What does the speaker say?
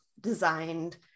designed